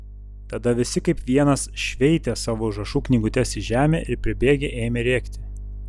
tada visi kaip vienas šveitė savo užrašų knygutes į žemę ir pribėgę ėmė rėkti